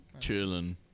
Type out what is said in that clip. Chilling